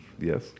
Yes